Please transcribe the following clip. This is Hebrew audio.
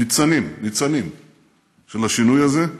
ניצנים ניצנים של השינוי הזה,